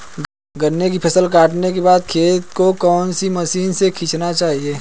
गन्ने की फसल काटने के बाद खेत को कौन सी मशीन से सींचना चाहिये?